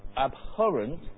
abhorrent